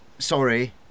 Sorry